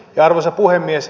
arvoisa puhemies